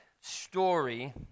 story